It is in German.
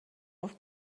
auf